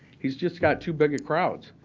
he's just got too big of crowds.